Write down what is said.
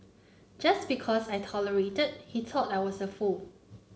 just because I tolerated he thought I was a fool